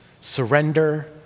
surrender